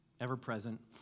ever-present